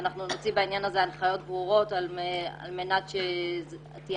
נוציא הנחיות ברורות על מנת שתהיה